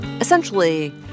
Essentially